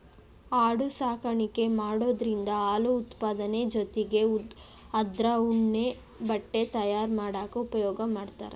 ಆಡು ಸಾಕಾಣಿಕೆ ಮಾಡೋದ್ರಿಂದ ಹಾಲು ಉತ್ಪಾದನೆ ಜೊತಿಗೆ ಅದ್ರ ಉಣ್ಣೆ ಬಟ್ಟೆ ತಯಾರ್ ಮಾಡಾಕ ಉಪಯೋಗ ಮಾಡ್ತಾರ